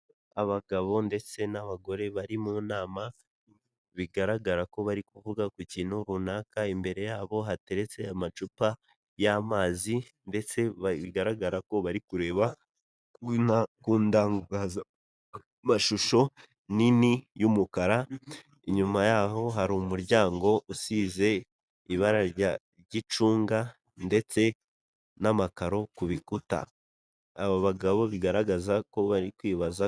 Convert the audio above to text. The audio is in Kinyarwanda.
Abagabo ndetse n'abagore bari mu nama bigaragara ko bari kuvuga ku kintu runaka; imbere yabo hateretse amacupa y'amazi ndetse bigaragara ko bari kureba ku nsakazamashusho nini y'umukara; inyuma yaho hari umuryango usize ibara ry'icunga ndetse n'amakaro ku bikuta; abo bagabo bigaragaza ko bari kwibaza